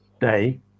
day